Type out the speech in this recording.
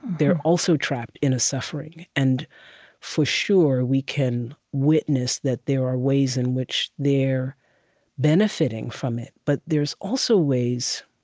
they're also trapped in a suffering. and for sure, we can witness that there are ways in which they're benefiting from it. but there's also ways,